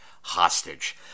hostage